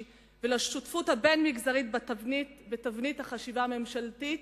ולשותפות הבין-מגזרית בתבנית החשיבה הממשלתית.